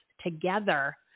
together